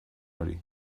hori